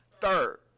Third